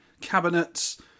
cabinets